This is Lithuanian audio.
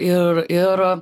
ir ir